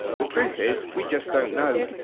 the truth is we just don't know,